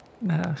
No